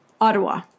Ottawa